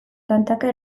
tantaka